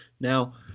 Now